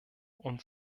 und